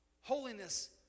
Holiness